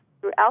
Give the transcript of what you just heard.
throughout